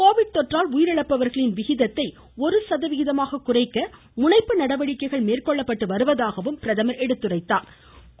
Covid தொற்றால் உயிரிழப்பவர்களின் விகிதத்தை ஒரு சதவிகிதமாக குறைக்க முனைப்பு நடவடிக்கைகள் மேற்கொள்ளப்பட்டு வருவதாகவும் அவர் கூறினாா்